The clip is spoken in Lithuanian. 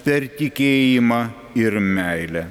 per tikėjimą ir meilę